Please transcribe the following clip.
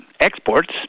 Exports